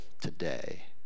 today